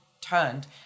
turned